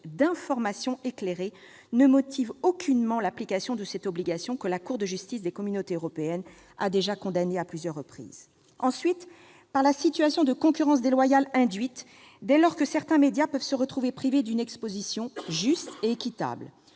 d'« information éclairée » ne motive aucunement l'application de cette obligation, que la Cour de justice de l'Union européenne, la CJUE, a déjà condamnée à plusieurs reprises. Je pense, ensuite, à la situation de concurrence déloyale induite dès lors que certains médias peuvent se retrouver privés d'une exposition « juste et équitable